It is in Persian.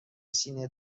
سینه